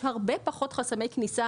יש הרבה פחות חסמי כניסה,